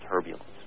turbulence